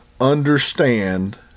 understand